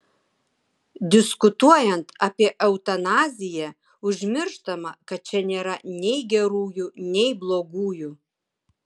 diskutuojant apie eutanaziją užmirštama kad čia nėra nei gerųjų nei blogųjų